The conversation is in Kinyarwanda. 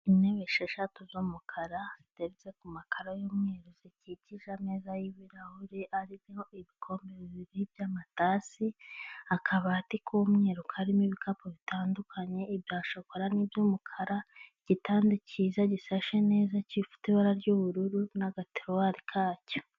Intebe esheshatu z'umukara, zitetse ku makara y'umweru zikikije ameza y'ibirahuri, ariho ibikombe bibiri by'amatasi, akabati k'umweru karimo ibikapu bitandukanye, ibya shokora n'iby'umukara, igitanda cyiza gishashe neza gifite ibara ry'ubururu n'agateruwari kacyo.